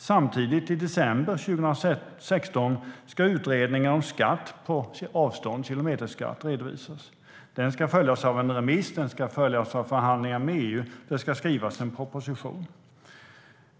Samtidigt ska utredningen om skatt på avstånd, kilometerskatt, redovisas i december 2016. Den ska följas av en remiss och av förhandlingar i EU, och det ska skrivas en proposition.